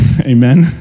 Amen